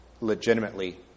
legitimately